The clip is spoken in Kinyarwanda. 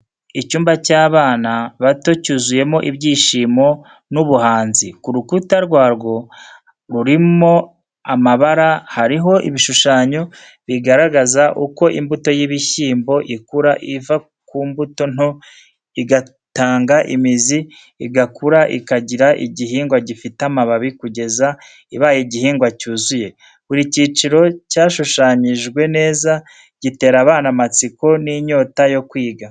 Icyumba cy’abana bato cyuzuyemo ibyishimo n’ubuhanzi. Ku rukuta rwarwo rurimo amabara, hariho ibishushanyo bigaragaza uko imbuto y’ibishyimbo ikura, iva ku mbuto nto igatanga imizi, igakura ikagira igihingwa gifite amababi, kugeza ibaye igihingwa cyuzuye. Buri cyiciro cyashushanyijwe neza, gitera abana amatsiko n’inyota yo kwiga.